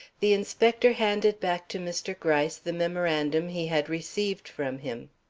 the inspector handed back to mr. gryce the memorandum he had received from him.